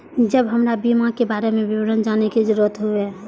जब हमरा बीमा के बारे में विवरण जाने के जरूरत हुए?